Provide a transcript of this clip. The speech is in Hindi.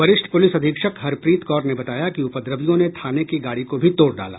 वरिष्ठ पुलिस अधीक्षक हरप्रीत कौर ने बताया कि उपद्रवियों ने थाने की गाड़ी को भी तोड़ डाला